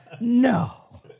No